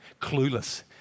Clueless